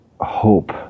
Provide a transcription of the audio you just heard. hope